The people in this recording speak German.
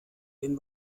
den